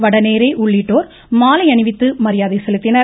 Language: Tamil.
வடநேரே உள்ளிட்டோர் மாலை அணிவித்து மரியாதை செலுத்தினர்